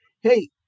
hey